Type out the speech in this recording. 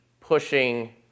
pushing